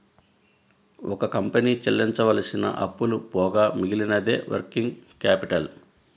ఒక కంపెనీ చెల్లించవలసిన అప్పులు పోగా మిగిలినదే వర్కింగ్ క్యాపిటల్